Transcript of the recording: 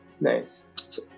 Nice